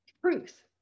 truth